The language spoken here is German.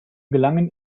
gelangen